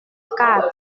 quatre